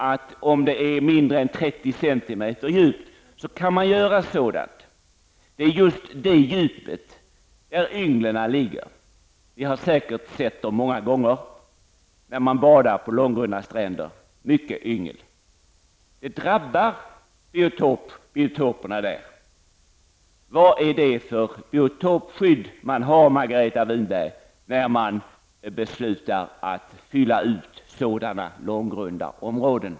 Om djupet är mindre än 30 cm får man nämligen göra sådant. Men det är just på det djupet som ynglen ligger. Ni har säkerligen många gånger när ni har badat vid långgrunda stränder sett att det där finns mycket yngel. Nu drabbas biotoperna där. Vad är det för biotopskydd man har, Margareta Winberg, när man beslutar att fylla ut sådana långgrunda områden?